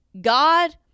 god